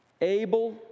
Able